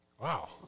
Wow